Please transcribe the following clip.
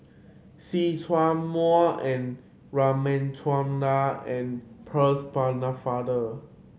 See Chak Mun R and Percy Pennefather